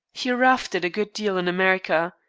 he roughed it a good deal in america.